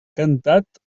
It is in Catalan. cantat